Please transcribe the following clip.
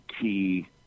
key